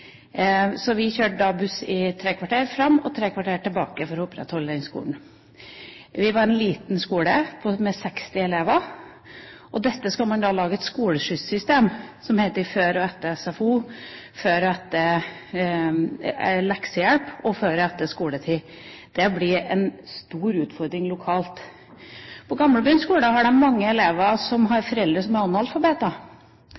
Vi kjørte altså buss i tre kvarter til skolen og i tre kvarter tilbake – for å opprettholde den skolen. Det var en liten skole med 60 elever, og til dette skal man lage et skoleskyss-system som henter før og etter SFO, før og etter leksehjelp og før og etter skoletid. Det blir en stor utfordring lokalt. På Gamlebyen skole har de mange elever som har